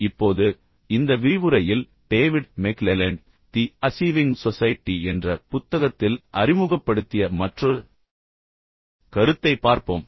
இப்போது இந்த விரிவுரையில் David McClelland the achieving society என்ற புத்தகத்தில் அறிமுகப்படுத்திய மற்றொரு கருத்தைப் பார்ப்போம்